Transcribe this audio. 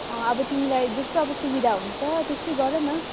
अब तिमीलाई जस्तो अब सुविधा हुन्छ त्यस्तै गर न